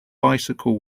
bicycle